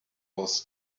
was